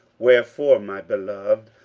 wherefore, my beloved,